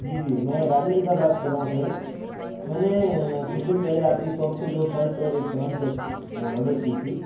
جی جی میں راجندر دیتھا بات کر رہا ہوں سر میں نے کچھ دن پہلے آپ کی شاپ سے دو شرٹ اور ایک پینٹ آرڈر کی تھی